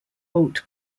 haute